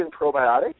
probiotics